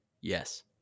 yes